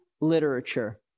literature